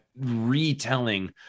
retelling